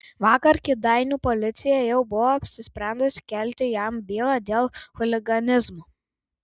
vakar kėdainių policija jau buvo apsisprendusi kelti jam bylą dėl chuliganizmo